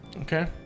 Okay